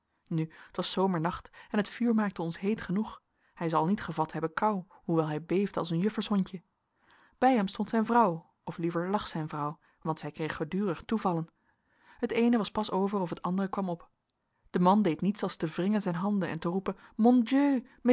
nu t was zomernacht en het vuur maakte ons heet genoeg hij zal niet gevat hebben kou hoewel hij beefde als een juffershondje bij hem stond zijn vrouw of liever lag zijn vrouw want zij kreeg gedurig toevallen t eene was pas over of t andere kwam op de man deed niets als te wringen zijn handen en te roepen